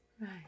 Right